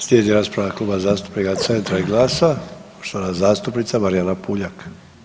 Slijedi rasprava Kluba zastupnika Centra i GLAS-a poštovana zastupnica Marijana Puljak.